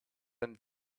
and